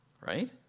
Right